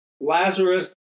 Lazarus